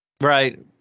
Right